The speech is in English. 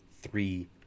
three